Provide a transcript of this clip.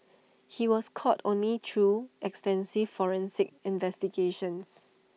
he was caught only through extensive forensic investigations